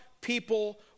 people